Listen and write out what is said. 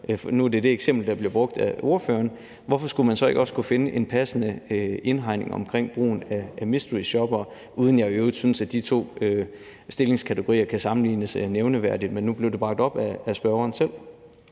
nu er det det eksempel, der bliver brugt af ordføreren – hvorfor skulle man så ikke også kunne finde en passende indhegning omkring brugen af mysteryshoppere, uden at jeg i øvrigt synes, at de to stillingskategorier kan sammenlignes nævneværdigt, men nu blev det bragt op af spørgeren selv?